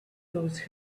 those